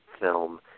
film